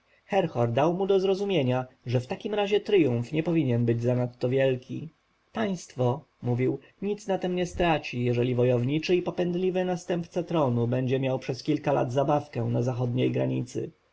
dał mu do zrozumienia że w takim razie triumf nie powinien być zanadto wielki państwo mówił nic na tem nie straci jeżeli wojowniczy i popędliwy następca tronu będzie miał przez kilka lat zabawkę na zachodniej granicy